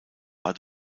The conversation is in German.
war